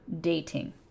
dating